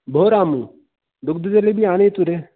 भो रामु दुग्धजलेबी आनयतु रे